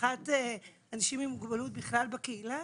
הנכחת אנשים עם מוגבלות בקהילה,